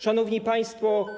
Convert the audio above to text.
Szanowni Państwo!